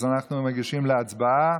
אז אנחנו ניגשים להצבעה.